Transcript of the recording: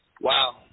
Wow